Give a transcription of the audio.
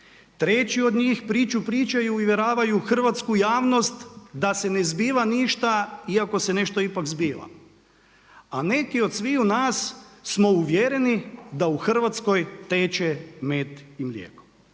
Treći od njih priču pričaju i uvjeravaju hrvatsku javnost da se ne zbiva ništa iako se nešto ipak zbiva. A neki od sviju nas smo uvjereni da u Hrvatskoj teče med i mlijeko.